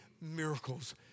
miracles